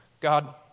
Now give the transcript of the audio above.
God